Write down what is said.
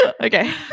Okay